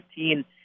2015